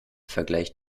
vergleicht